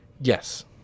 Yes